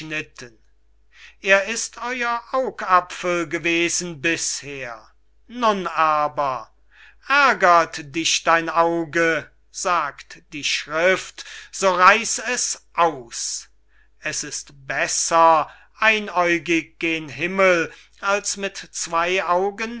er ist euer augapfel gewesen bisher nun aber ärgert dich dein auge sagt die schrift so reiß es aus es ist besser einäugig gen himmel als mit zwei augen